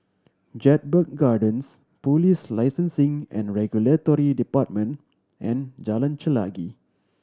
Jedburgh Gardens Police Licensing and Regulatory Department and Jalan Chelagi